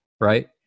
right